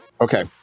Okay